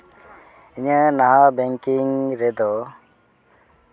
ᱤᱧᱟᱹᱜ ᱱᱟᱦᱟᱜ ᱵᱮᱝᱠᱤᱝ ᱨᱮᱫᱚ